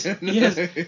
yes